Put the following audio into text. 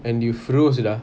and you froze டா:da